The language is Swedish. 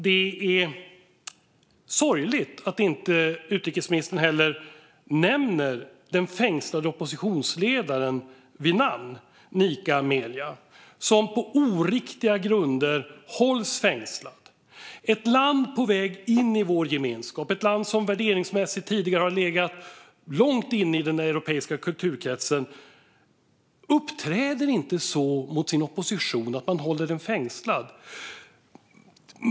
Det är sorgligt att utrikesministern inte nämner den fängslade oppositionsledaren vid namn, Nika Melia, som på oriktiga grunder hålls fängslad. Ett land på väg in i vår gemenskap, ett land som tidigare värderingsmässigt legat långt in i den europeiska kulturkretsen, uppträder inte så mot sin opposition att man håller den fängslad.